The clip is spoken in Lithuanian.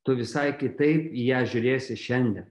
tu visai kitaip į ją žiūrėsi šiandien